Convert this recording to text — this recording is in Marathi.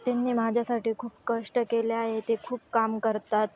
त्यांनी माझ्यासाठी खूप कष्ट केले आहे ते खूप काम करतात